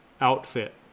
outfit